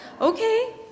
Okay